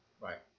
Right